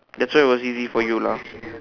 that's why it was easy for you lah